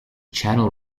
channel